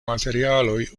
materialoj